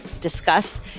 discuss